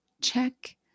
Check